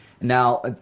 Now